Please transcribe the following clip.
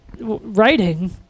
Writing